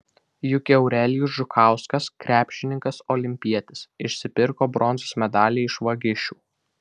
juk eurelijus žukauskas krepšininkas olimpietis išsipirko bronzos medalį iš vagišių